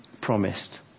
promised